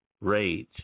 Rage